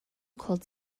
called